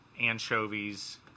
Anchovies